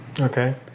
Okay